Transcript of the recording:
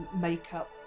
makeup